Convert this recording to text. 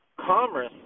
commerce